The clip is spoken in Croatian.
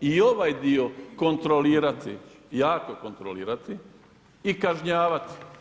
i ovaj dio kontrolirati jako kontrolirati i kažnjavati.